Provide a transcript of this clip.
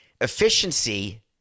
Efficiency